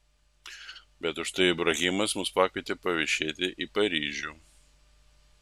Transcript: bet užtai ibrahimas mus pakvietė paviešėti į paryžių